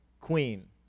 queen